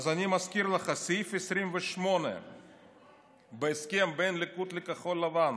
אז אני מזכיר לך: סעיף 28 בהסכם בין הליכוד לכחול לבן,